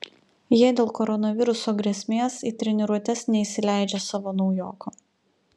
jie dėl koronaviruso grėsmės į treniruotes neįsileidžia savo naujoko